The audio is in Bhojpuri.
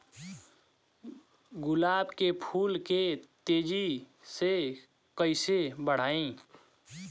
गुलाब के फूल के तेजी से कइसे बढ़ाई?